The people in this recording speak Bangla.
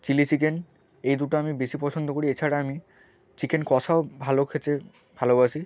চিলি চিকেন এই দুটো আমি বেশি পছন্দ করি এছাড়া আমি চিকেন কষাও ভালো খেতে ভালোবাসি